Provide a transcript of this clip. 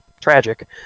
tragic